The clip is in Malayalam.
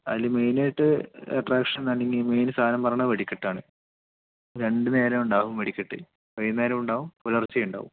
അതിൽ മെയിനായിട്ട് അട്ട്രാക്ഷൻ അല്ലെങ്കിൽ മെയിൻ സാധനം പറയണത് വെടിക്കെട്ട് ആണ് രണ്ട് നേരവും ഉണ്ടാവും വെടിക്കെട്ട് വൈകുന്നേരവും ഉണ്ടാവും പുലർച്ചെ ഉണ്ടാവും